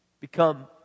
become